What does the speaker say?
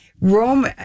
Rome